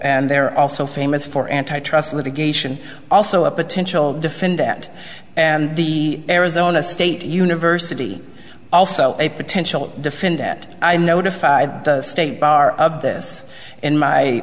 and they're also famous for antitrust litigation also a potential defendant and the arizona state university also a potential defendant i notified the state bar of this in my